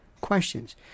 questions